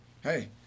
hey